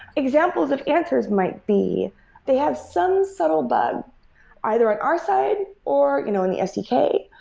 examples of answers might be they have some subtle bug either on our side, or you know in the sdk,